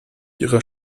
ihrer